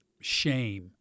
shame